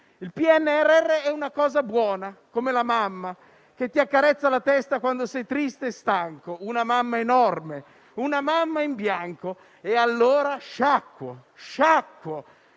Il PNRR è una cosa buona, come la mamma che ti accarezza la testa quando sei triste e stanco, una mamma enorme, una mamma in bianco. E allora sciacquo, sciacquo;